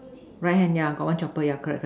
right hand yeah got one chopper correct correct